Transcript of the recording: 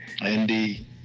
Indeed